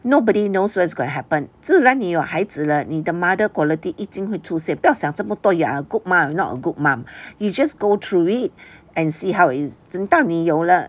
nobody knows what's going to happen 自然你有孩子了你的 mother quality 一定会出现不要想这么多 you are good mum not good mom you just go through it and see how it is 当你有了